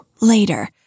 later